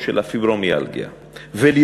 של הפיברומיאלגיה במחצית השנה שחלפה,